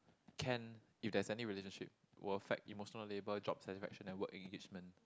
can if there's any relationship will affect emotional labour job satisfaction and work engagement